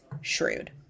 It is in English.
shrewd